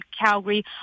calgary